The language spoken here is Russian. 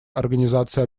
организации